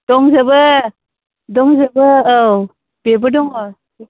दंजोबो दंजोबो औ बेबो दङ